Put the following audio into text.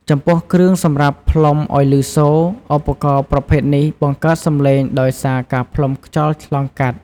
ចំពោះគ្រឿងសម្រាប់ផ្លុំឲ្យព្ញសូរ ឧបករណ៍ប្រភេទនេះបង្កើតសំឡេងដោយសារការផ្លុំខ្យល់ឆ្លងកាត់។